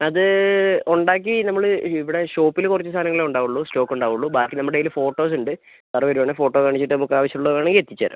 അത് ഉണ്ടാക്കി നമ്മൾ ഇവിടെ ഷോപ്പിൽ കുറച്ച് സാധനങ്ങളേ ഉണ്ടാവുള്ളൂ സ്റ്റോക്ക് ഉണ്ടാവുള്ളൂ ബാക്കി നമ്മുടെ കയ്യിൽ ഫോട്ടോസ് ഉണ്ട് സാർ വരുവാണെങ്കിൽ ഫോട്ടോ കാണിച്ചിട്ട് നമുക്ക് ആവശ്യം ഉള്ളത് വേണമെങ്കിൽ എത്തിച്ചുതരാം